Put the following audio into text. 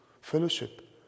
fellowship